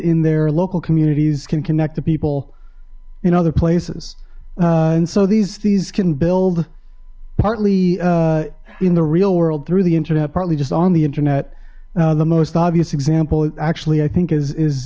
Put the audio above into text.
in their local communities can connect to people in other places and so these these can build partly in the real world through the internet partly just on the internet the most obvious example actually i think is